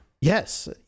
yes